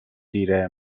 دیره